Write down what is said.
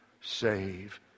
save